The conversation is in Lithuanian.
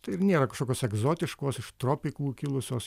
tai ir nėra kažkokios egzotiškos iš tropikų kilusios